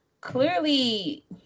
clearly